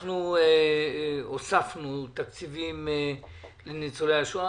הוספנו תקציבים לניצולי השואה.